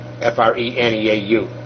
F-R-E-N-E-A-U